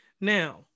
Now